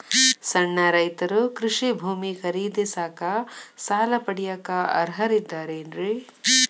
ಸಣ್ಣ ರೈತರು ಕೃಷಿ ಭೂಮಿ ಖರೇದಿಸಾಕ, ಸಾಲ ಪಡಿಯಾಕ ಅರ್ಹರಿದ್ದಾರೇನ್ರಿ?